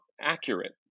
accurate